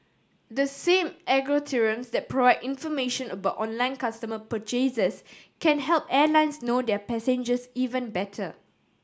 the same algorithms that provide information about online consumer purchases can help airlines know their passengers even better